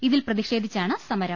ഇതിൽ പ്രതിഷേധിച്ചാണ് സമരം